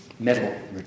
Metal